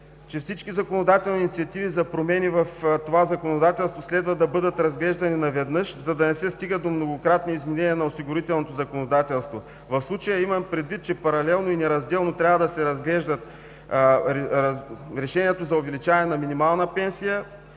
че всички законодателни инициативи за промени в това законодателство следва да бъдат разглеждани наведнъж, за да не се стига до многократни изменения на осигурителното законодателство. В случая имаме предвид, че паралелно и неразделно трябва да се разглеждат решенията за увеличаване на минималната пенсия